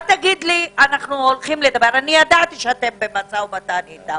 אני ידעתי שאתם במשא ומתן אתם,